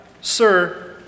sir